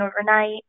overnight